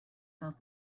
felt